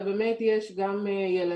ובאמת יש ילדים,